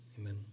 Amen